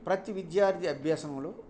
ప్రతీ విద్యార్ధి అభ్యాసంలో